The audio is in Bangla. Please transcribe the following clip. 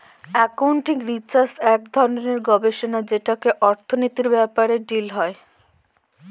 একাউন্টিং রিসার্চ এক ধরনের গবেষণা যেটাতে অর্থনীতির ব্যাপারে ডিল হয়